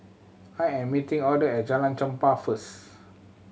I am meeting Auther at Jalan Chempah first